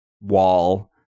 wall